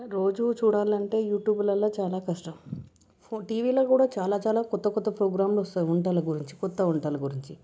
రోజు చూడాలంటే యూట్యూబ్లలో చాలా కష్టం టీవీలో కూడా చాలా చాలా కొత్త కొత్త ప్రోగ్రామ్లు వస్తాయి వంటల గురించి కొత్త వంటలు గురించి